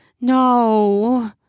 No